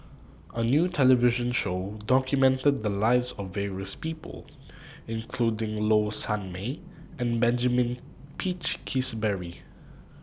A New television Show documented The Lives of various People including Low Sanmay and Benjamin Peach Keasberry